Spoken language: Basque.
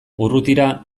urrutira